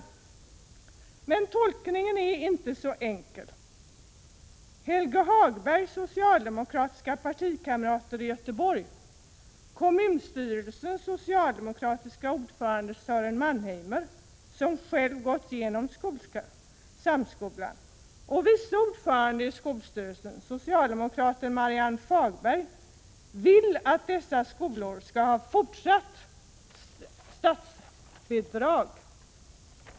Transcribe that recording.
Men tolkningen är inte så enkel. Helge Hagbergs socialdemokratiska partikamrater i Göteborg, arbetarkommunen och kommunstyrelsens socialdemokratiska ordförande Sören Mannheimer, som själv gått igenom Samskolan, och vice ordföranden i skolstyrelsen, socialdemokraten Marianne Fagberg, vill att dessa skolor skall ha fortsatt statsbidrag.